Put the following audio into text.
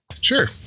Sure